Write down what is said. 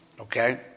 Okay